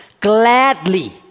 gladly